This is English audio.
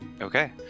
Okay